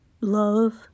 love